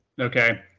Okay